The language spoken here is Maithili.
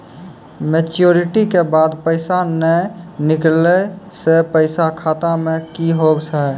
मैच्योरिटी के बाद पैसा नए निकले से पैसा खाता मे की होव हाय?